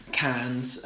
cans